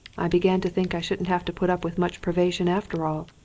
i began to think i shouldn't have to put up with much privation after all.